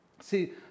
See